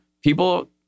people